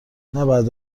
نباید